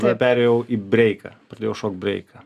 tada perėjau į breikąpradėjau šokti breiką